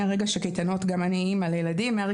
מרגע שהקייטנות מפסיקות,